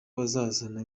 bazazana